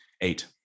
Eight